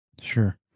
Sure